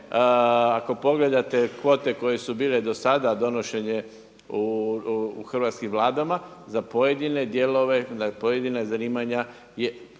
ako pogledate kvote koje su bile dos ada donošenje u hrvatskim Vladama za pojedine dijelove, na pojedina zanimanja je